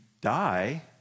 die